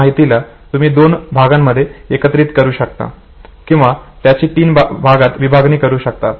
या माहितीला तुम्ही दोन भागांमध्ये एकत्र करू शकता किंवा त्याची तीन भागात विभागणी करू शकतात